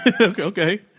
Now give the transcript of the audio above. Okay